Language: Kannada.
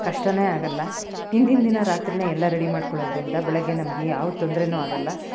ಕಷ್ಟ ಆಗಲ್ಲ ಹಿಂದಿನ ದಿನ ರಾತ್ರಿ ಎಲ್ಲ ರೆಡಿ ಮಾಡಿಕೊಳ್ಳೊದ್ರಿಂದ ಬೆಳಗ್ಗೆ ನಮಗೆ ಯಾವ ತೊಂದ್ರೆ ಆಗಲ್ಲ